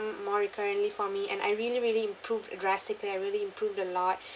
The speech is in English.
more recurrently for me and I really really improved drastically I really improved a lot